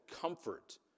comfort